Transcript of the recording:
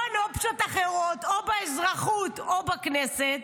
לבחון אופציות אחרות או באזרחות או בכנסת,